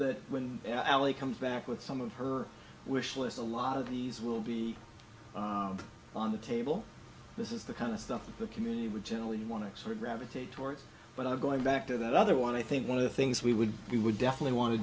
that when allie comes back with some of her wish list a lot of these will be on the table this is the kind of stuff that the community would generally want to sort of gravitate towards but i'm going back to the other one i think one of the things we would do would definitely want to